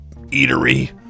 eatery